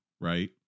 Right